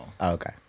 Okay